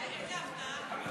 איזו הפתעה.